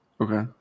Okay